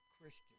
Christian